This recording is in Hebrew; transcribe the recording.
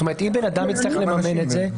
אם אדם יצטרך לממן את זה.